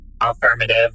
Affirmative